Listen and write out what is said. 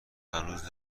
هنوز